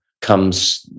comes